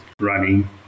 running